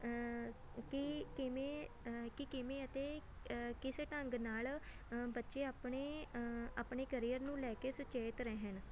ਕਿ ਕਿਵੇਂ ਕਿ ਕਿਵੇਂ ਅਤੇ ਕਿਸ ਢੰਗ ਨਾਲ ਬੱਚੇ ਆਪਣੇ ਆਪਣੇ ਕਰੀਅਰ ਨੂੰ ਲੈ ਕੇ ਸੁਚੇਤ ਰਹਿਣ